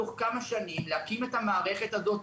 בתוך כמה שנים להקים את המערכת הזאת,